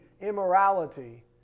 immorality